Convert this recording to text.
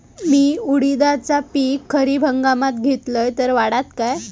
मी उडीदाचा पीक खरीप हंगामात घेतलय तर वाढात काय?